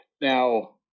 now